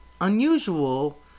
unusual